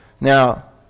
Now